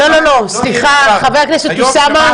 לא, סליחה, חבר הכנסת אוסאמה.